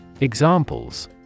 Examples